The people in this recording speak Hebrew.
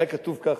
היה כתוב ככה: